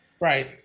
Right